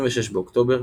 26 באוקטובר